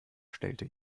stellte